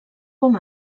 com